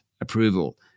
approval